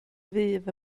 ddydd